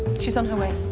she's on her way.